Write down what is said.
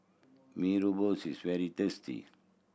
Mee Rebus is very tasty